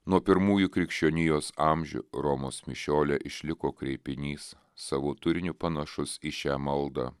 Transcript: nuo pirmųjų krikščionijos amžių romos mišiole išliko kreipinys savo turiniu panašus į šią maldą